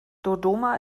dodoma